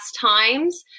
times